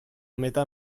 metà